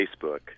Facebook